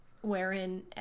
wherein